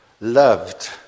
Loved